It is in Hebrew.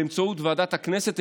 באמצעות ועדת הכנסת,